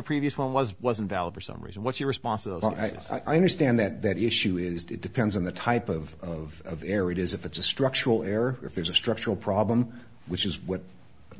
a previous one was wasn't valid for some reason what's your response i understand that that issue is did depends on the type of error it is if it's a structural error or if there's a structural problem which is what